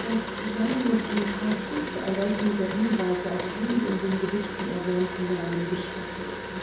es seien noch ein paar kurze erläuternde hinweise auf einige in den gedichten erwähnte namen gestattet